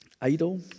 Idol